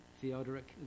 Theodoric